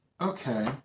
Okay